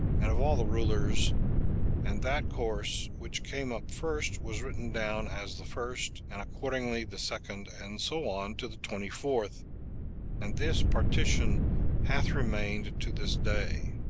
and of all the rulers and that course which came up first was written down as the first, and accordingly the second, and so on to the twenty-fourth and this partition hath remained to this day.